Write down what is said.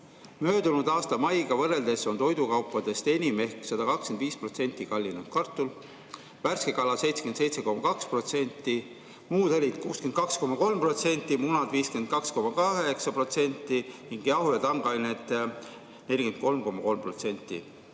Möödunud aasta maiga võrreldes on toidukaupadest enim ehk 125% kallinenud kartul, värske kala 77,2%, muud õlid 62,3%, munad 52,8% ning jahu ja tangained 43,3%.